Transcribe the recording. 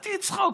התחלתי לצחוק.